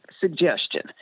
suggestion